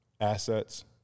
assets